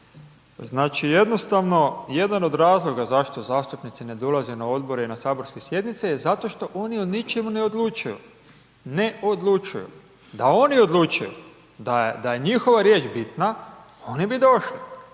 Znači, jednostavno jedan od razloga zašto zastupnici ne dolaze na odbore i na saborske sjednice je zato što oni o ničemu ne odlučuju, ne odlučuju, da oni odlučuju, da je njihova riječ bitna, oni bi došli,